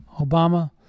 Obama